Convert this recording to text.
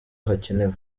hakenewe